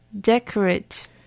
decorate